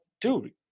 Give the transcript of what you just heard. Dude